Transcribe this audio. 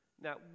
Now